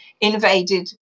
invaded